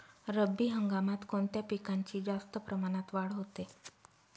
रब्बी हंगामात कोणत्या पिकांची जास्त प्रमाणात वाढ होते?